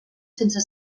sense